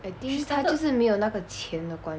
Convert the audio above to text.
I think 她就是没有那个钱的观